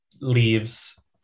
leaves